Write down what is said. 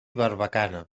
barbacana